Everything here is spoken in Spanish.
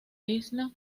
isla